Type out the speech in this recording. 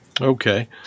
Okay